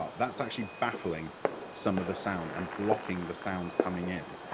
ah that's actually baffling some of the sound um blocking the sound coming in,